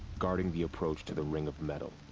guarding the approach to the ring of metal.